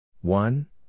One